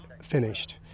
finished